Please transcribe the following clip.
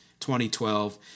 2012